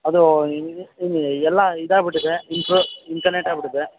ಅದು ಎಲ್ಲ ಇದು ಆಗಿಬಿಟ್ಟಿದೆ ಇಂಪ್ರೂ ಆಗಿಬಿಟ್ಟಿದೆ